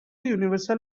universal